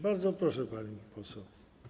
Bardzo proszę, pani poseł.